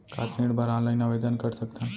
का ऋण बर ऑनलाइन आवेदन कर सकथन?